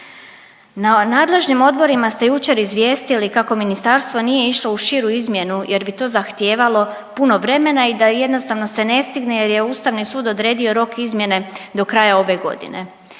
Na nadležnim odborima ste jučer izvijestili kako ministarstvo nije išlo u širu izmjenu jer bi to zahtijevalo puno vremena i da jednostavno se ne stigne jer je Ustavni sud odredio rok izmjene do kraja ove godine.